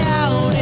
out